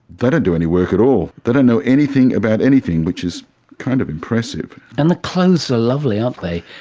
they don't do any work at all. they don't know anything about anything, which is kind of impressive. and the clothes are lovely, aren't they.